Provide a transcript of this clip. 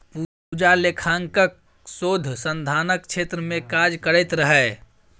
पूजा लेखांकन शोध संधानक क्षेत्र मे काज करैत रहय